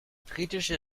britische